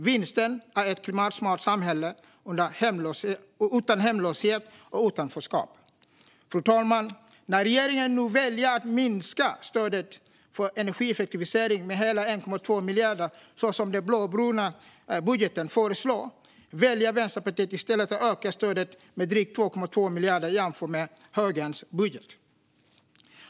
Vinsten är ett klimatsmart samhälle utan hemlöshet och utanförskap. Fru talman! När regeringen nu väljer att minska stödet för energieffektivisering med hela 1,2 miljarder, så som den blåbruna budgeten föreslår, väljer Vänsterpartiet i stället att öka stödet med drygt 2,2 miljarder jämfört med högerns budget.